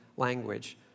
language